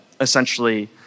essentially